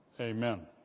amen